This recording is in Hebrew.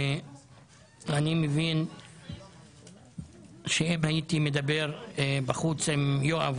אני מבין שאם הייתי מדבר בחוץ עם יואב,